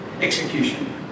execution